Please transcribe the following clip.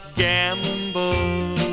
gamble